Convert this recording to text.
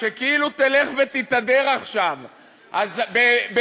שכאילו תלך ותתהדר עכשיו בעזרתכם,